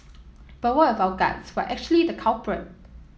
but what if our guts were actually the culprit